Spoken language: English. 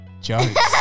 Jokes